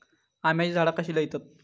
आम्याची झाडा कशी लयतत?